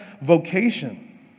vocation